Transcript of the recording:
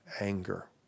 anger